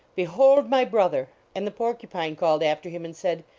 behold my brother! and the porcupine called after him and said,